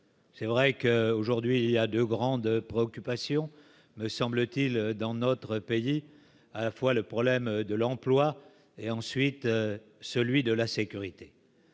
C'est vrai qu'aujourd'hui il y a de grandes préoccupations, me semble-t-il, dans notre pays à la fois le problème de l'emploi et ensuite celui de la sécurité,